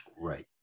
Right